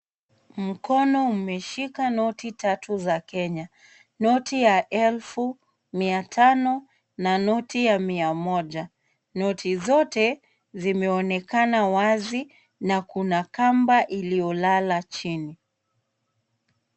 Mkono umeshika noti tatu za Kenya, noti ya elfu mia tano na noti ya mia moja. Noti zote zinaonekana wazi na kuna kamba iliyolala chini.